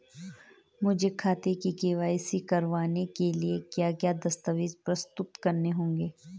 मुझे खाते की के.वाई.सी करवाने के लिए क्या क्या दस्तावेज़ प्रस्तुत करने होंगे?